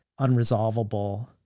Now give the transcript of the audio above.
unresolvable